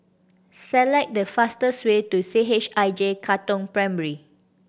select the fastest way to C H I J Katong Primary